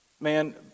Man